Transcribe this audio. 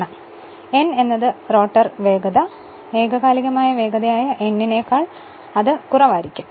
ഈ n എന്നത് റോട്ടറിന്റെ വേഗതയാണ് ഇത് ഏകകാലികമായ വേഗത ആയ n നേക്കാൾ കുറവായിരിക്കും